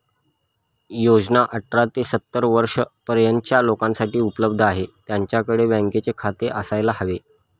योजना अठरा ते सत्तर वर्षा पर्यंतच्या लोकांसाठी उपलब्ध आहे, त्यांच्याकडे बँकेचे खाते असायला हवे